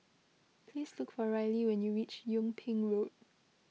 please look for Rylee when you reach Yung Ping Road